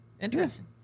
Interesting